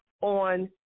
on